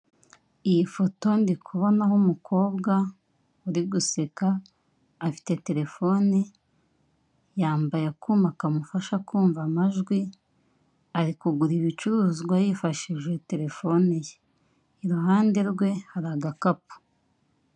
Iyi foto ndi kubonaho umukobwa uri guseka afite telefone yambaye akuma kamufasha kumva amajwi ari kugura ibicuruzwa yifashishije telefone ye, iruhande rwe hari agakapu.